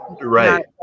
Right